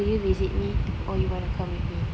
will you visit me or you wanna come with me